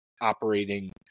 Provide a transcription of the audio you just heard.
operating